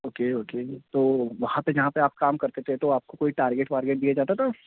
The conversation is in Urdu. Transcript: اوکے اوکے تو وہاں پہ جہاں پہ آپ کام کرتے تھے تو آپ کو کوئی ٹارگٹ وارکٹ دیا جاتا تھا